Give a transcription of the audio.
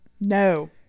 No